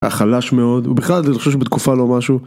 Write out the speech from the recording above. היה חלש מאוד, ובכלל אני חושב שהוא בתקופה לא משהו.